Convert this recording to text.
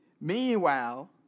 Meanwhile